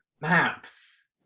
maps